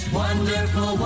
wonderful